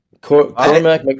Cormac